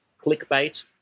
clickbait